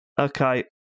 Okay